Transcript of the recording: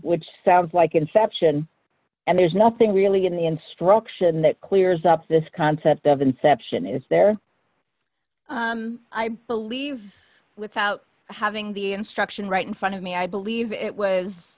which sounds like inception and there's nothing really in the instruction that clears up this concept of inception is there i believe without having the instruction right in front of me i believe it was